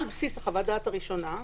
על בסיס חוות הדעת הראשונה.